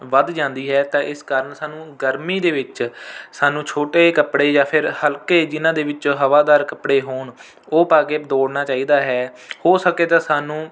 ਵੱਧ ਜਾਂਦੀ ਹੈ ਤਾਂ ਇਸ ਕਾਰਨ ਸਾਨੂੰ ਗਰਮੀ ਦੇ ਵਿੱਚ ਸਾਨੂੰ ਛੋਟੇ ਕੱਪੜੇ ਜਾਂ ਫਿਰ ਹਲਕੇ ਜਿਨ੍ਹਾਂ ਦੇ ਵਿੱਚ ਹਵਾਦਾਰ ਕੱਪੜੇ ਹੋਣ ਉਹ ਪਾ ਕੇ ਦੌੜਨਾ ਚਾਹੀਦਾ ਹੈ ਹੋ ਸਕੇ ਤਾਂ ਸਾਨੂੰ